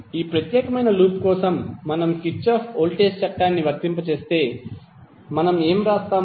ఈ ప్రత్యేకమైన లూప్ కోసం మనము కిర్చాఫ్ వోల్టేజ్ చట్టాన్ని వర్తింపజేస్తే మనం ఏమి వ్రాస్తాము